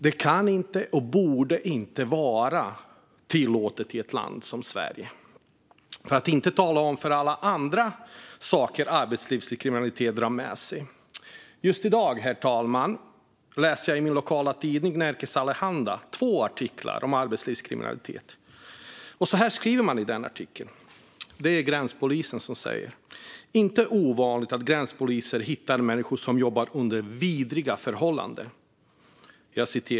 Det kan inte och borde inte vara tillåtet i ett land som Sverige, för att inte tala om allt annat som arbetslivskriminaliteten drar med sig. Herr talman! Just i dag läser jag i min lokala tidning Nerikes Allehanda en artikel om arbetslivskriminalitet. Där skriver man om vad gränspolisen säger: "Inte ovanligt att gränspolisen hittar människor som jobbar under vidriga förhållanden.